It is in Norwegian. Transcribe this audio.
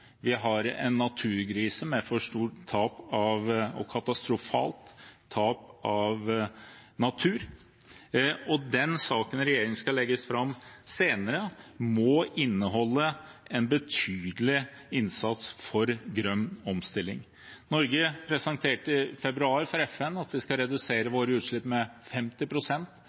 vi har en naturkrise med et stort og katastrofalt tap av natur, så den saken regjeringen skal legge fram senere, må inneholde en betydelig innsats for grønn omstilling. Norge presenterte for FN i februar at vi skal redusere våre utslipp med